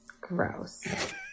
Gross